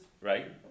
right